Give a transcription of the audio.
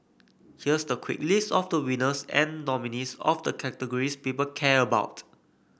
here's the quick list of the winners and nominees of the categories people care about